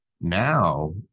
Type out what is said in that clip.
Now